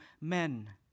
men